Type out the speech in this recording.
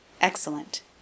Excellent